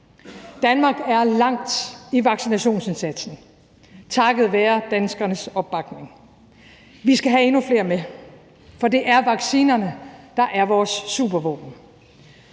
Danmark er langt i vaccinationsindsatsen takket være danskernes opbakning. Vi skal have endnu flere med, for det er vaccinerne, der er vores supervåben,